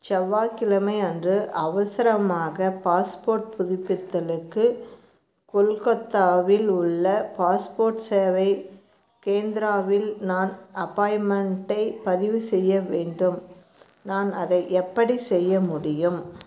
செவ்வாய்க்கிழமை அன்று அவசரமாக பாஸ்போர்ட் புதுப்பித்தலுக்கு கொல்கத்தாவில் உள்ள பாஸ்போர்ட் சேவை கேந்திராவில் நான் அப்பாயிமெண்ட்டை பதிவு செய்ய வேண்டும் நான் அதை எப்படி செய்ய முடியும்